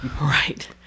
Right